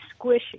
squishy